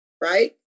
right